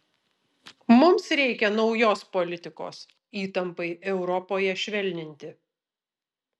mums reikia naujos politikos įtampai europoje švelninti